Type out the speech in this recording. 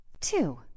Two